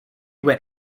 went